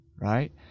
right